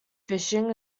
fishing